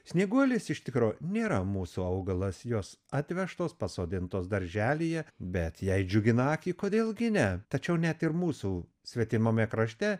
snieguolės iš tikro nėra mūsų augalas jos atvežtos pasodintos darželyje bet jei džiugina akį kodėl gi ne tačiau net ir mūsų svetimame krašte